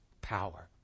power